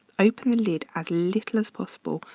open the lid as little as possible,